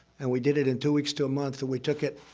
and we did it in two weeks to a month, and we took it.